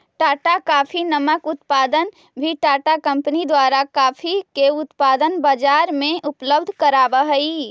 Tata coffee नामक उत्पाद भी टाटा कंपनी द्वारा कॉफी के उत्पाद बजार में उपलब्ध कराब हई